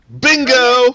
Bingo